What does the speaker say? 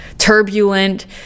Turbulent